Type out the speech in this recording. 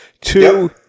Two